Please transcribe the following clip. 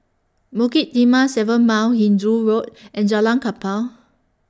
Bukit Timah seven Mile Hindoo Road and Jalan Kapal